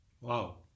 Wow